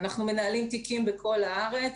אנחנו מנהלים תיקים בכל הארץ,